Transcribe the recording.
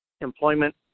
employment